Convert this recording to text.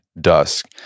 dusk